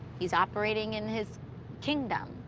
he's operating in his kingdom,